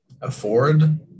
afford